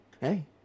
Hey